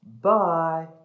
Bye